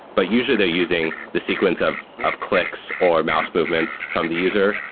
but usually, they're using the sequence of of clicks or mouse movements from the user,